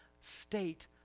state